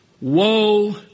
woe